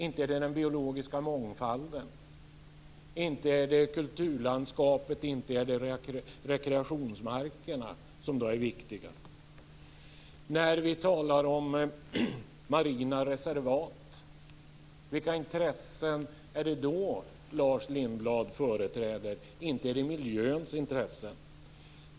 Inte är det den biologiska mångfalden som gäller. Inte är det kulturlandskapet och inte heller rekreationsmarkerna som då är viktiga. Och när vi talar om marina reservat - vilka intressen är det då Lars Lindblad företräder? Inte är det miljöns intressen.